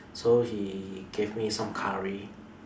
so he gave me some curry